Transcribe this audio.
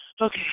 Okay